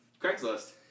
Craigslist